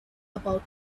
about